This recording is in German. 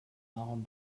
ahorn